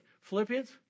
Philippians